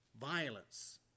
violence